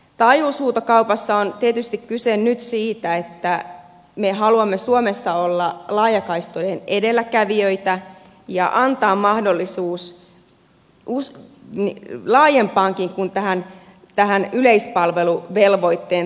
taajuushuutokaupassa on tietysti kyse nyt siitä että me haluamme suomessa olla laajakaistojen edelläkävijöitä ja antaa mahdollisuuden laajempaankin kuin tähän yleispalveluvelvoitteen toteutumiseen